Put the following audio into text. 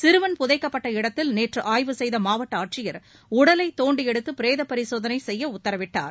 சிறுவன் புதைக்கப்பட்ட இடத்தில் நேற்று ஆய்வு செய்த மாவட்ட ஆட்சியர் உடலை தோண்டி எடுத்து பிரேதப் பரிசோதனை செய்ய உத்தரவிட்டார்